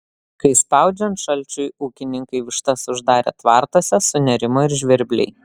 kai spaudžiant šalčiui ūkininkai vištas uždarė tvartuose sunerimo ir žvirbliai